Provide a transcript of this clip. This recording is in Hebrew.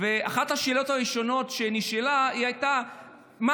אחת השאלות הראשונות שנשאלה הייתה מה